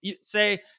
Say